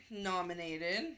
nominated